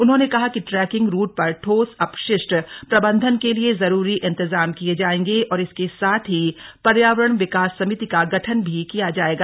उन्होंने कहा कि ट्रैकिंग रूट पर ठोस अपशिष्ट प्रबंधन के लिए जरूरी इंतजाम किए जाएंगे और इसके साथ ही पर्यावरण विकास समिति का गठन भी किया जाएगा